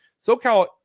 socal